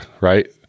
right